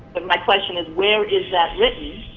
but my question is where is that written?